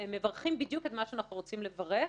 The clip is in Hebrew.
מברכים בדיוק על מה שאנחנו רוצים לברך,